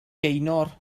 gaynor